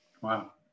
Wow